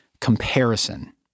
comparison